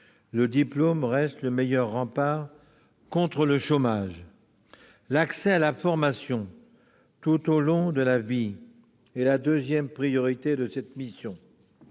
le diplôme reste le meilleur rempart contre le chômage. L'accès à la formation tout au long de la vie est la deuxième priorité de cette mission.